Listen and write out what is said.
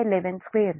69 p